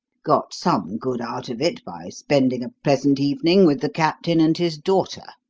got some good out of it by spending a pleasant evening with the captain and his daughter.